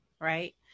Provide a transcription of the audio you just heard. right